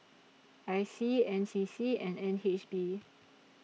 I C N C C and N H B